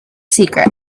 secret